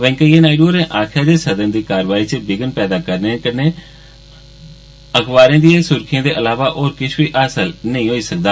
वैंकेय्या नायडू होरें आक्खेआ जे सदन दी कारवाई च खलल पैदा करने कन्ने अखबारे दिए सुर्खिएं दे इलावा होर किष बी हासल नेईं होई सकदा